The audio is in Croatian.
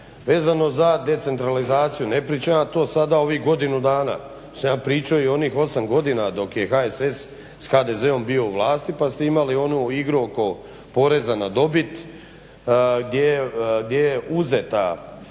Vezano za decentralizaciju, ne pričam ja to sada ovih godinu dana. To sam ja i pričao i onih osam godina dok je HSS sa HDZ-om bio u vlasti, pa ste imali onu igru oko poreza na dobit, gdje je uzeta